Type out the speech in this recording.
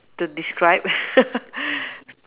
to describe